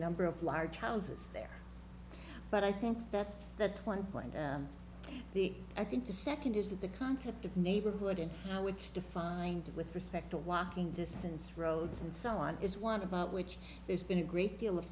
number of large houses there but i think that's that's one plan the i think the second is that the concept of neighborhood in how it's defined with respect to walking distance roads and so on is one about which there's been a great deal of